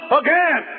again